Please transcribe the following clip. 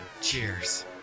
Cheers